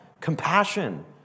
Compassion